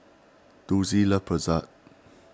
Dulcie loves Pretzel